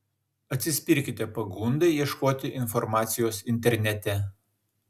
atsispirkite pagundai ieškoti informacijos internete